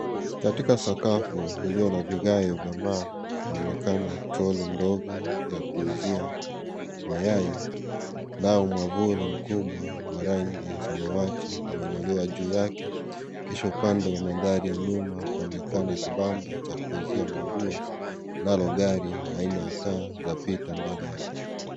Katika sakafu iliyo na vigae vya mawe panaonekana troli ndogo ya kuuzia mayai nao mwavuli mkubwa wa rangi ya samawati umeinuliwa juu yake kisha upande wa mandhari ya nyuma panaonekana kibanda cha kuuzia manguo nalo gari aina ya kaa lapita mbele yake .